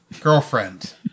girlfriend